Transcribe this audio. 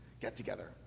get-together